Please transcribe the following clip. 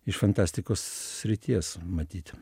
iš fantastikos srities matyt